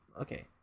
Okay